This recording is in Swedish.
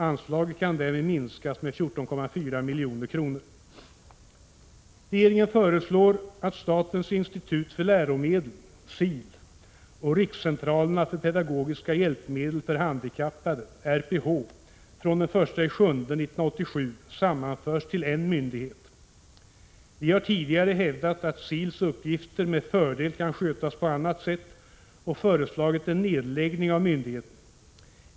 Anslaget kan därmed minskas med 14,4 milj.kr. Regeringen föreslår att statens institut för läromedel och rikscentralerna för pedagogiska hjälpmedel för handikappade från den 1 juli 1987 sammanförs till en myndighet. Vi har tidigare hävdat att SIL:s uppgifter med fördel kan skötas på annat sätt och föreslagit nedläggning av myndigheten.